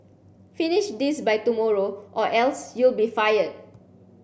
finish this by tomorrow or else you'll be fired